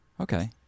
Okay